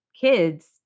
kids